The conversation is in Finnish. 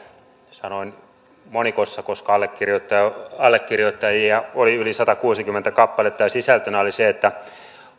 sanoin monikossa koska allekirjoittajia allekirjoittajia oli yli satakuusikymmentä kappaletta jonka sisältönä oli se että